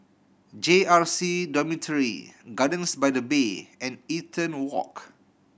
J R C Dormitory Gardens by the Bay and Eaton Walk